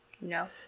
No